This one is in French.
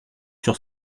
sur